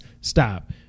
stop